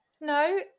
no